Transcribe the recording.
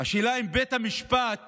השאלה אם בית המשפט